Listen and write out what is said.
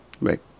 right